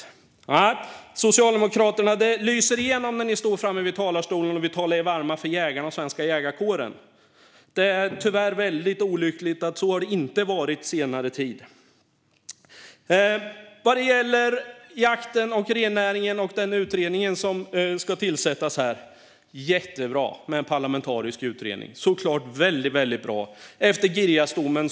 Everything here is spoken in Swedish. Nej, Socialdemokraterna, det lyser igenom när ni står i talarstolen och vill tala er varma för jägarna och den svenska jägarkåren. Det är tyvärr väldigt olyckligt att det inte har varit så på senare tid. Vad gäller jakten och rennäringen och den utredning som ska tillsättas är det jättebra med en parlamentarisk utredning. Det är såklart väldigt bra efter Girjasdomen.